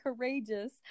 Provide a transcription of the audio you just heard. courageous